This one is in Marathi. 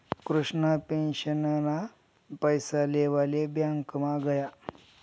कृष्णा पेंशनना पैसा लेवाले ब्यांकमा गया